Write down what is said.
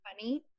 funny